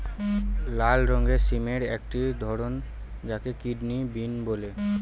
লাল রঙের সিমের একটি ধরন যাকে কিডনি বিন বলে